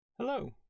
Hello